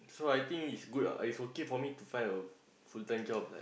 so I think it's good ah it's okay for me to find a full time job like